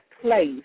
place